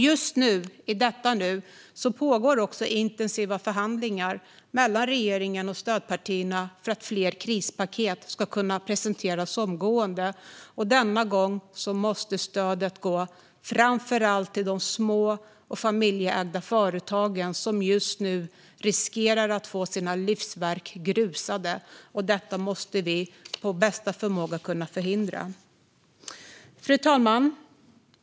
Just i detta nu pågår också intensiva förhandlingar mellan regeringen och stödpartierna för att fler krispaket ska kunna presenteras omgående. Denna gång måste stödet framför allt gå till de små och familjeägda företagen, vars ägare just nu riskerar att få sina livsverk grusade. Detta måste vi efter bästa förmåga förhindra. Fru talman!